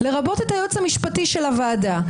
לרבות את היועץ המשפטי של הוועדה,